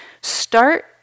Start